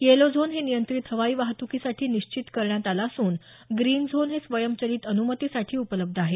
yellow zone हे नियंत्रित हवाई वाहतुकीसाठी निश्चित करण्यात आलं असून ग्रीन झोन हे स्वयंचलित अनुमतीसाठी उपलब्ध आहे